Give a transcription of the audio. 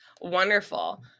Wonderful